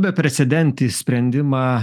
beprecedentį sprendimą